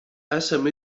esam